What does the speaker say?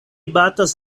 batas